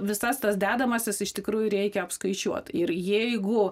visas tas dedamąsias iš tikrųjų reikia apskaičiuot ir jeigu